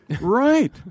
Right